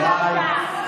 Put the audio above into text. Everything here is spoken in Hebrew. די.